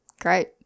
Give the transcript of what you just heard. Great